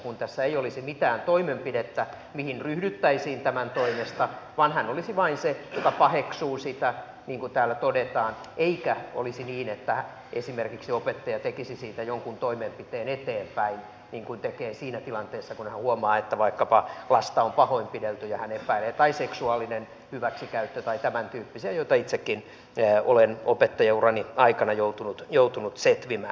elikkä tässä ei olisi mitään toimenpidettä mihin ryhdyttäisiin tämän toimesta vaan hän olisi vain se joka paheksuu sitä niin kuin täällä todetaan eikä olisi niin että esimerkiksi opettaja tekisi siitä jonkun toimenpiteen eteenpäin niin kuin tekee siinä tilanteessa kun hän huomaa että vaikkapa lasta on pahoinpidelty tai hän epäilee seksuaalista hyväksikäyttöä tai tämäntyyppisiä joita itsekin olen opettajaurani aikana joutunut setvimään